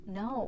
no